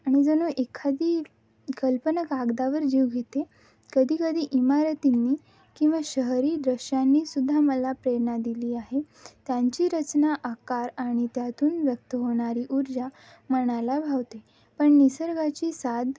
आणि जणु एखादी कल्पना कागदावर जीव घेते कधीकधी इमारतींनी किंवा शहरी दृश्यांनीसुद्धा मला प्रेरणा दिली आहे त्यांची रचना आकार आणि त्यातून व्यक्त होणारी ऊर्जा मनाला भावते पण निसर्गाची साद